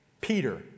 Peter